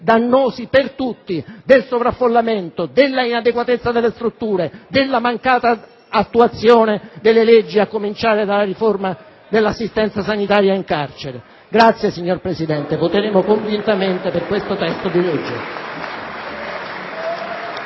dannosi per tutti - del sovraffollamento, della inadeguatezza delle strutture, della mancata attuazione delle leggi, a cominciare dalla riforma dell'assistenza sanitaria in carcere. Noi voteremo convintamente a favore di questo testo di legge.